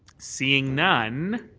seeing none,